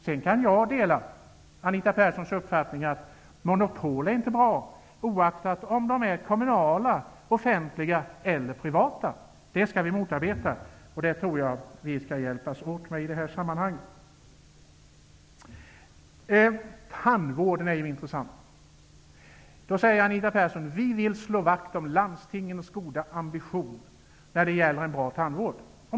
Jag kan även dela Anita Perssons uppfattning att det inte är bra med monopol, oaktat de är kommunala, offentliga eller privata. Monopol skall vi i det här sammanhanget hjälpas åt med att motarbeta. Det här med tandvården är intressant. Anita Persson säger: Vi vill slå vakt om landstingens goda ambition när det gäller en bra tandvård.